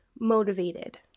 motivated